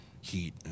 heat